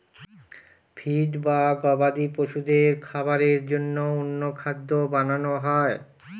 feed বা গবাদি পশুদের খাবারের জন্য অন্য খাদ্য বানানো হয়